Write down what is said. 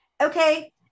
okay